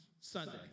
Sunday